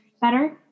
better